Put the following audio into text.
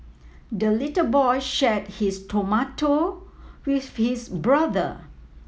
the little boy shared his tomato with his brother